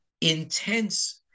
intense